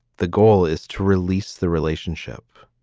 the goal is to release the relationship.